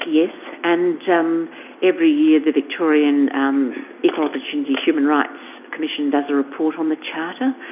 yes. and every year the victorian equal opportunity human rights commission does a report on the charter,